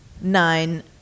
Nine